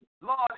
Lord